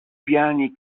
piani